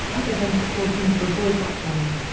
other than to cause him to avoid that room.